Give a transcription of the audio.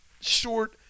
short